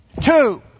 Two